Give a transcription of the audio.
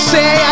Say